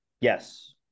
Yes